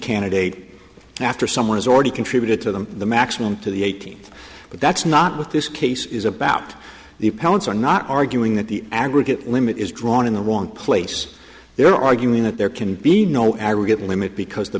candidate after someone has already contributed to them the maximum to the eighteen but that's not what this case is about the parents are not arguing that the aggregate limit is drawn in the wrong place they are arguing that there can be no aggregate limit because the